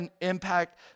impact